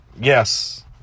Yes